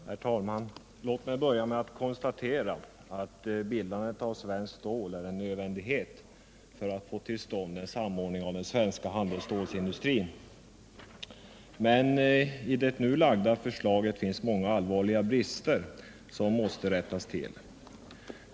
Herr talman! Låt mig börja med att konstatera att bildandet av Svenskt Stål AB är en nödvändighet för att få till stånd en samordning av den svenska handelsstålsindustrin. Men i det nu lagda förslaget finns många allvarliga brister som måste rättas till.